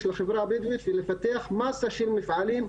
בחברה הבדואית ולפתח מסה של מפעלים,